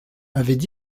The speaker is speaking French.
avaient